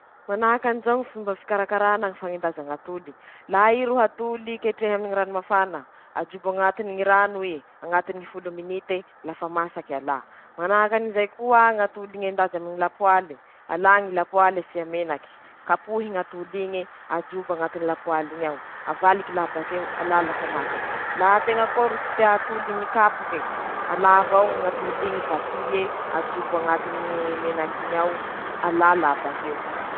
Ñy fomba fiketreha ñakoho misy karazany telo :-Misy gn'akoho jobo ro, misy gn'akoho sôsy, misy gn'akoho frity ;laha i ro akoho jobo ro :tampatampahy akoho ogny, atao agnaty valagny asia sira, sakaviro, asia rano, atao am-bolo eo, mandevy, engan-tegna aminy gny hamasaha itiavan-tegna azy ;laha i ro akoho frite :tampatampahy gn'akoho ogne, afana gny menake, ajobo agnatiny gny lapoaly na agnatiny gny valagny, masaky la bakeo.